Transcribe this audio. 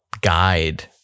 guide